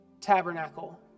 tabernacle